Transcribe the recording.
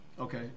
Okay